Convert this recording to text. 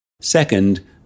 Second